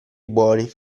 buoni